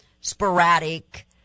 sporadic